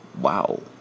wow